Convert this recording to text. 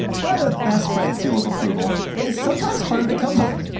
but a best friend's seal of approval is sometimes harder to come by.